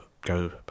go